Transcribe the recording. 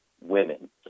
women